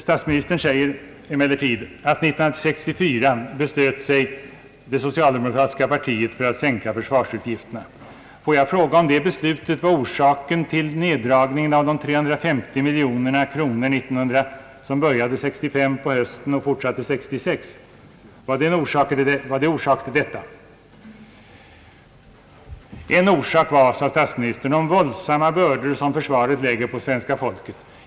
Statsministern säger emellertid att det socialdemokratiska partiet 1964 beslöt sig för att sänka försvarsutgifterna. Får jag fråga om det beslutet var orsaken till neddragningen av de 350 miljonerna, som började 1963 på hösten och fortsatte 1966? En orsak till neddragningen var, sade statsministern, de våldsamma bördor som försvaret lägger på svenska folket.